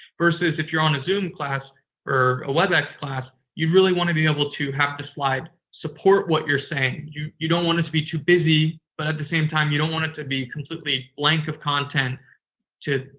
versus if you're on a zoom class or a webex class, you really want to be able to have the slide support what you're saying. you you don't want it to be too busy, but at the same time you don't want it to be completely blank of content to.